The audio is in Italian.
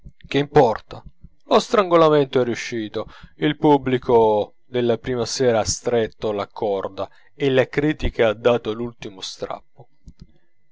che importa lo strangolamento è riuscito il pubblico della prima sera ha stretto la corda e la critica ha dato l'ultimo strappo